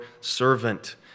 servant